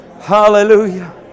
Hallelujah